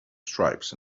stripes